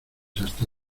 hasta